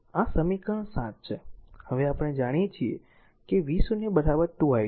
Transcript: હવે આપણે જાણીએ છીએ કે v0 2 i2